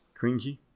Cringy